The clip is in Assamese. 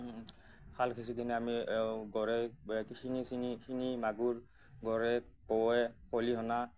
খাল সিঁচি কিনে আমি গৰৈ শিঙি চিঙি শিঙি মাগুৰ গৰৈ কাৱৈ খলিহনা